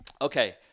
Okay